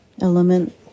element